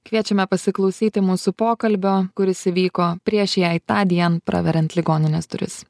kviečiame pasiklausyti mūsų pokalbio kuris įvyko prieš jai tądien praveriant ligoninės duris